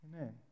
Amen